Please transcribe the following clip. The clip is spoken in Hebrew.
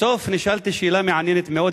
בסוף נשאלתי שאלה מעניינת מאוד,